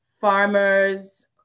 farmers